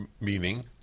Meaning